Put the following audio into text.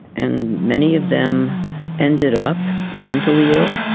and many of them ended up mentally ill,